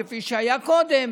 כפי שהיה קודם,